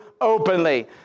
openly